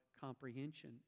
comprehension